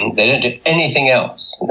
they don't do anything else.